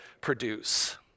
produce